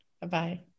Bye-bye